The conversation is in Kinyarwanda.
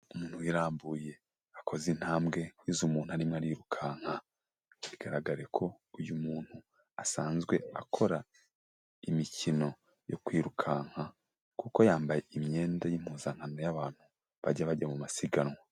Umuntu wirambuye. Akoze intambwe z'umuntu arimo arirukanka. Bigaragare ko uyu muntu asanzwe akora imikino yo kwirukanka. Kuko yambaye imyenda y'impuzankano y'abantu, bajya bajya mu masiganwa.